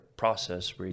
process